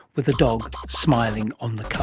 with a dog smiling on the